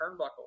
turnbuckle